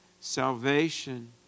Salvation